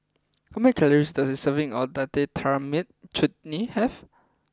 how many calories does a serving of Date Tamarind Chutney have